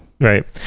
Right